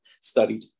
studied